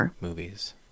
movies